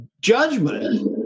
judgment